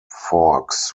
forks